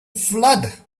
flood